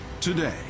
today